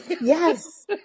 Yes